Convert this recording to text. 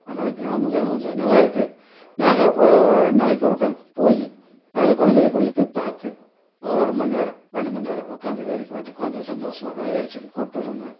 அதனால கிராமங்கள் கொஞ்சம் நல்லாருக்குது நாங்கள் இப்போது ரெண்டு நாளைக்கு ஒருக்கா போய் அதில் குழந்தைள கூட்டிட்டு போய் பாத்து ஒரு ஒரு மணிநேரம் ரெண்டு மணிநேரம் க்காந்து வேடிக்கை பாட்டு குழந்தைள சந்தோஷமா விளையாட சொல்லி கூட்டு வருவோங்க